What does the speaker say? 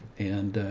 and, ah,